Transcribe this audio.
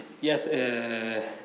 Yes